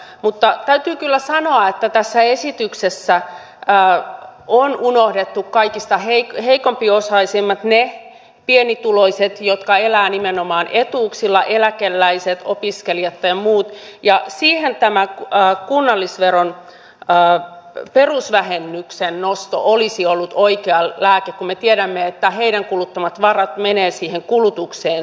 mutta täytyy kyllä sanoa että tässä esityksessä on unohdettu kaikista heikko osaisimmat ne pienituloiset jotka elävät nimenomaan etuuksilla eläkeläiset opiskelijat ja muut ja siihen tämä kunnallisveron perusvähennyksen nosto olisi ollut oikea lääke kun me tiedämme että heidän kuluttamansa varat menevät siihen kulutukseen suoraan